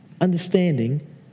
understanding